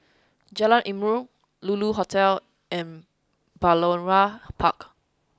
Jalan Ilmu Lulu Hotel and Balmoral Park